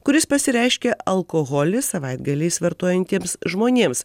kuris pasireiškia alkoholį savaitgaliais vartojantiems žmonėms